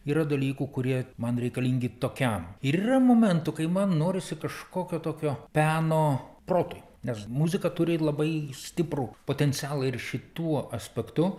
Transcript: yra dalykų kurie man reikalingi tokiam ir yra momentų kai man norisi kažkokio tokio peno protui nes muzika turi labai stiprų potencialą ir šituo aspektu